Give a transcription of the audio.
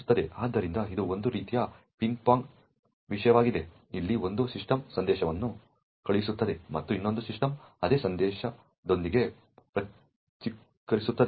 ಆದ್ದರಿಂದ ಇದು ಒಂದು ರೀತಿಯ ಪಿಂಗ್ ಪಾಂಗ್ ವಿಷಯವಾಗಿದೆ ಅಲ್ಲಿ ಒಂದು ಸಿಸ್ಟಮ್ ಸಂದೇಶವನ್ನು ಕಳುಹಿಸುತ್ತದೆ ಮತ್ತು ಇನ್ನೊಂದು ಸಿಸ್ಟಮ್ ಅದೇ ಸಂದೇಶದೊಂದಿಗೆ ಪ್ರತ್ಯುತ್ತರಿಸುತ್ತದೆ